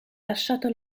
lasciato